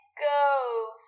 go